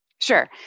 Sure